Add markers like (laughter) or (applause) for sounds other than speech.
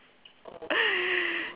(noise)